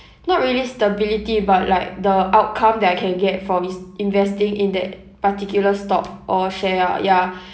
not really stability but like the outcome that I can get for res~ investing in that particular stock or share ah ya